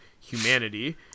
humanity